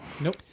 Nope